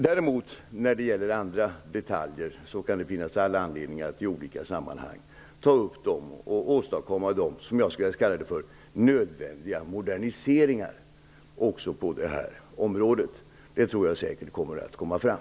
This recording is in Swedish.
Vad gäller andra detaljer kan det finnas all anledning att i olika sammanhang ta upp dem och åtstadkomma de -- som jag kallar dem -- nödvändiga moderniseringarna också på detta område. Det kommer säkert att komma fram.